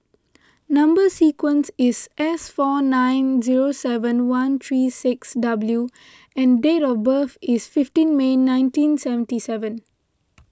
Number Sequence is S four nine seven zero one three six W and date of birth is fifteen May nineteen seventy seven